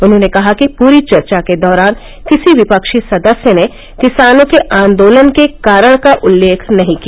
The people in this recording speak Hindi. उन्होंने कहा कि पूरी चर्चा के दौरान किसी विपक्षी सदस्य ने किसानों के आन्दोलन के कारण का उल्लेख नहीं किया